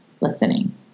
listening